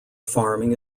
farming